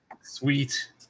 Sweet